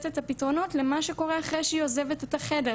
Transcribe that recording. את הפתרונות למה שקורה אחרי שהיא עוזבת את החדר,